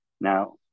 Now